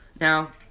Now